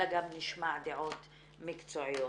אלא גם נשמע דעות מקצועיות.